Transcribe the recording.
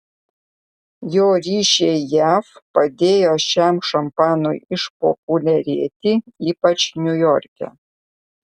jo ryšiai jav padėjo šiam šampanui išpopuliarėti ypač niujorke